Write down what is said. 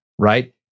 Right